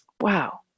Wow